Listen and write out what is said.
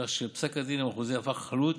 כך שפסק הדין המחוזי הפך חלוט